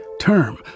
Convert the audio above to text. term